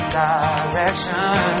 direction